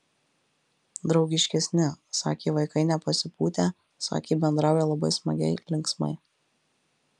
draugiškesni sakė vaikai nepasipūtę sakė bendrauja labai smagiai linksmai